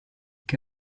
che